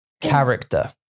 character